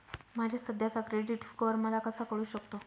माझा सध्याचा credit score मला कसा कळू शकतो?